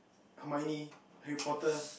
Hermoine Harry-Potter